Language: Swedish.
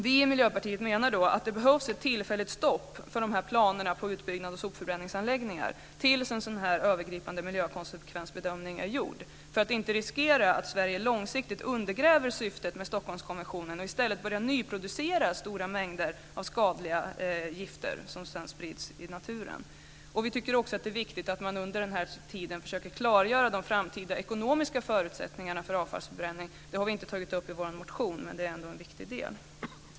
Vi i Miljöpartiet menar att det behövs ett tillfälligt stopp för planerna på utbyggnad av sopförbränningsanläggningar tills en sådan här övergripande miljökonsekvensbedömning är gjord för att inte riskera att Sverige långsiktigt undergräver syftet med Stockholmskonventionen och i stället börjar nyproducera stora mängder av skadliga gifter som sedan sprids i naturen. Vi tycker också att det är viktigt att man under den här tiden försöker klargöra de framtida ekonomiska förutsättningarna för avfallsförbränning. Det har vi inte tagit upp i vår motion, men det är en viktig del.